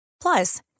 Plus